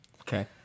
Okay